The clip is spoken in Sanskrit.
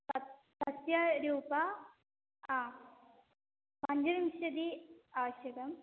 तस्य तस्य रूपं हा पञ्चविंशतिः आवश्यकम्